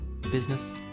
business